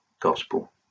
gospel